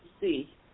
see